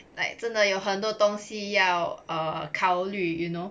like 真的有很多东西要 err 考虑 you know